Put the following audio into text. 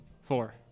Four